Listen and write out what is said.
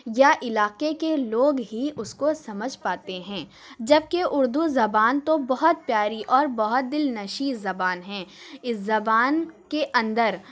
یا علاقے کے لوگ ہی اس کو سمجھ پاتے ہیں جب کہ اردو زبان تو بہت پیاری اور بہت دل نشیں زبان ہے اس زبان کے اندر